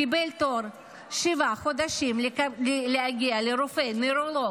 קיבל תור לעוד שבעה חודשים להגיע לרופא נוירולוג.